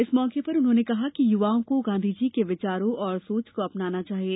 इस मौके पर उन्होंने कहा कि युवाओं को गांधी जी के विचारों और सोच को अपनना चाहिए